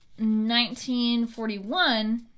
1941